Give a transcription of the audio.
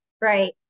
right